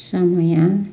समय